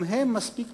גם הם מצרים